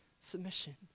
submission